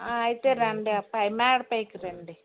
అయితే రండి ఆ పై మేడ పైకి రండి